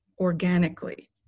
organically